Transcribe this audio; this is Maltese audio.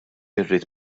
irrid